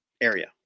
Area